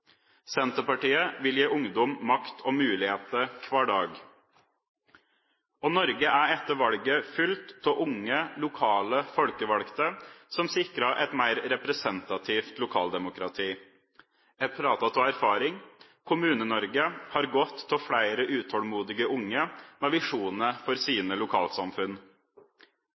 Senterpartiet vil gi ungdom makt og muligheter hver dag. Norge er etter valget fullt av unge, lokale folkevalgte som sikrer et mer representativt lokaldemokrati. Jeg prater av erfaring. Kommune-Norge har godt av flere utålmodige unge med visjoner for sine lokalsamfunn.